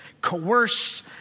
coerce